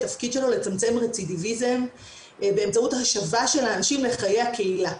התפקיד שלו לצמצם רצידיביזם באמצעות השבה של האנשים לחיי הקהילה.